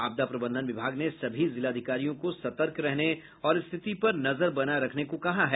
आपदा प्रबंधन विभाग ने सभी जिलाधिकारियों को सतर्क रहने और स्थिति पर नजर बनाए रखने को कहा है